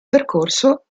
percorso